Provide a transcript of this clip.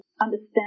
understand